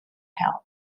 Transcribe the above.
help